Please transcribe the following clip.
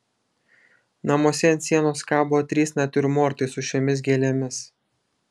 namuose ant sienos kabo trys natiurmortai su šiomis gėlėmis